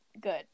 good